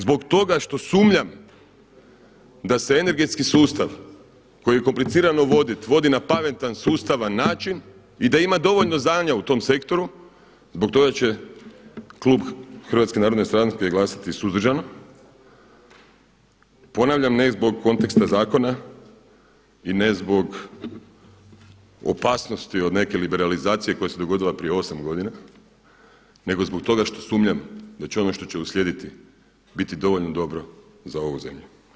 Zbog toga što sumnjam da se energetski sustav koji je komplicirano vodit, vodi na pametan sustava način i da ima dovoljno znanja u tom sektoru, zbog toga će klub HNS-a glasati suzdržano, ponavljam ne zbog konteksta zakona i ne zbog opasnosti od neke liberalizacije koja se dogodila prije osam godina nego zbog toga što sumnjam da će ono što će uslijediti biti dovoljno dobro za ovu zemlju.